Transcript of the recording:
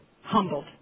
humbled